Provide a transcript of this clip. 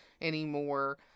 anymore